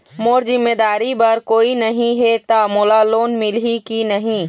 मोर जिम्मेदारी बर कोई नहीं हे त मोला लोन मिलही की नहीं?